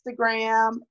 Instagram